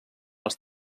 els